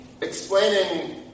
explaining